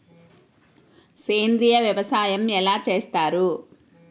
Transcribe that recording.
సేంద్రీయ వ్యవసాయం ఎలా చేస్తారు?